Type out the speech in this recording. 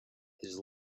his